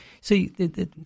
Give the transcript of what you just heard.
See